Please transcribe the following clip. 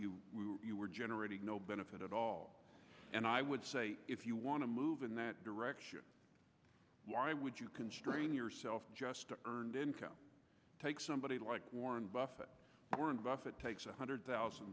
you were generating no benefit at all and i would say if you want to move in that direction why would you constrain yourself just earned income take somebody like warren buffett warren buffett takes one hundred thousand